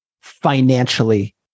financially